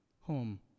home